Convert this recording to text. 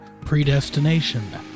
Predestination